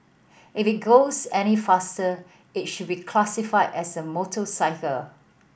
if it goes any faster it should be classified as a motorcycle